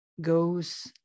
goes